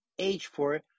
h4